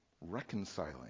reconciling